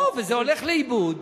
לא, וזה הולך לאיבוד.